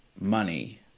money